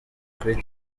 kuri